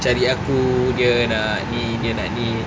cari aku dia nak ni dia nak ni